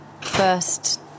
first